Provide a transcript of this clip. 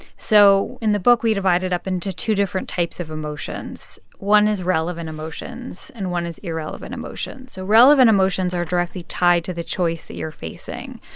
so in the book, we divide it up into two different types of emotions. one is relevant emotions, and one is irrelevant emotion. so relevant emotions are directly tied to the choice that you're facing.